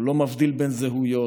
הוא לא מבדיל בין זהויות